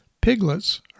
piglets